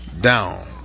Down